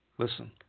Listen